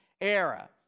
era